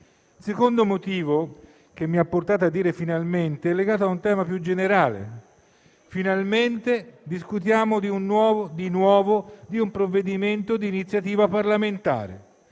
Il secondo motivo che mi ha portato ad usare il termine "finalmente" è legato a un tema più generale: finalmente discutiamo di nuovo di un provvedimento di iniziativa parlamentare.